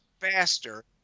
faster